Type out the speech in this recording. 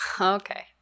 Okay